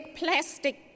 plastic